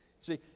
See